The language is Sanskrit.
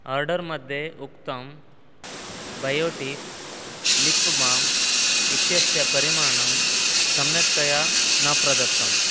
आर्डर् मध्ये उक्तं बयोटीक् लिप् बाम् इत्यस्य परिमाणं संयक्तया न प्रदत्तम्